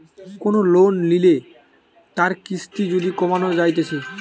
কোন লোন লিলে তার কিস্তি যদি কমানো যাইতেছে